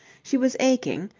she was aching,